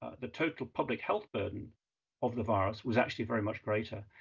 the total public health burden of the virus was actually very much greater.